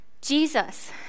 Jesus